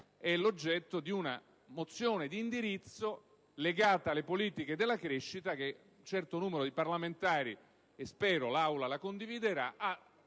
è l'oggetto di una mozione d'indirizzo legata alle politiche della crescita che un certo numero di parlamentari ha ritenuto di porre (e